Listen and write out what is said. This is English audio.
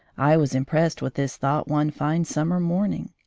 i was impressed with this thought one fine summer morning.